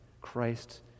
Christ